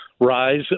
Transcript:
rise